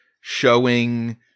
showing